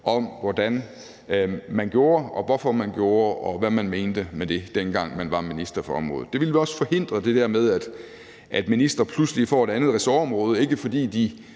om, hvordan man gjorde, og hvorfor man gjorde det, og hvad man mente med det, dengang man var minister for området. Det vil vel også forhindre det der med, at ministre pludselig får et andet ressortområde, ikke fordi de